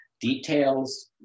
details